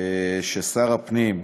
ששר הפנים,